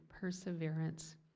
perseverance